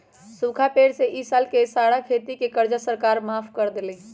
सूखा पड़े से ई साल के सारा खेती के कर्जा सरकार माफ कर देलई